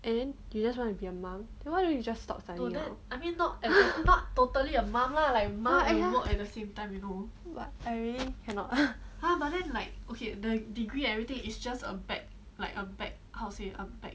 and then you just wanna be a mum then why don't you just stop studying now but I really cannot ha